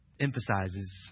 emphasizes